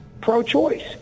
pro-choice